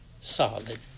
solid